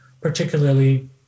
particularly